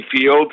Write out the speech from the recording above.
Field